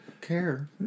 care